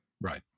right